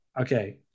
okay